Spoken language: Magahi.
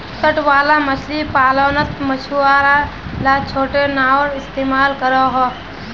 तट वाला मछली पालानोत मछुआरा ला छोटो नओर इस्तेमाल करोह